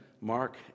Mark